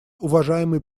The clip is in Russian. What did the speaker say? уважаемый